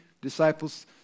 Disciples